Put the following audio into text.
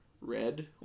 red